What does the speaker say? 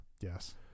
Yes